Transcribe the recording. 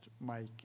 Mike